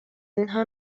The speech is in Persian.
اینها